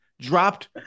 dropped